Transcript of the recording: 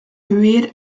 huir